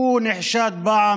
הוא נחשד פעם